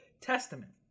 Testament